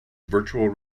virtual